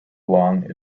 along